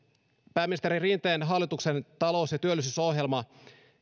pääministeri rinteen hallituksen talous ja työllisyysohjelma